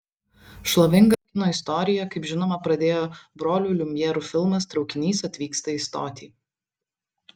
šlovingą kino istoriją kaip žinoma pradėjo brolių liumjerų filmas traukinys atvyksta į stotį